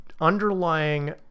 underlying